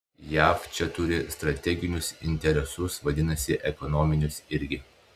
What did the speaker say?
jav čia turi strateginius interesus vadinasi ekonominius irgi